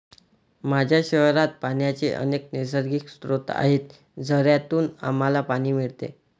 माझ्या शहरात पाण्याचे अनेक नैसर्गिक स्रोत आहेत, झऱ्यांतून आम्हाला पाणी मिळते